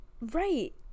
Right